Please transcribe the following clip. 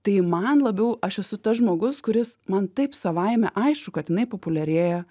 tai man labiau aš esu tas žmogus kuris man taip savaime aišku kad jinai populiarėja